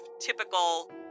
typical